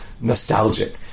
nostalgic